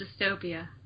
dystopia